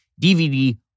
DVD